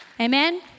Amen